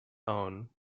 own